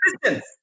Christians